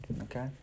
Okay